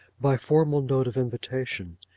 by formal note of invitation,